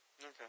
okay